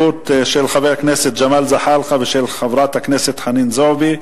של חבר הכנסת ג'מאל זחאלקה ושל חברת הכנסת חנין זועבי,